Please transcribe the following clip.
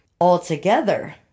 Altogether